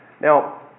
Now